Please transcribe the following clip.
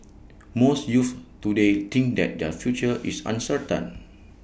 most youths today think that their future is uncertain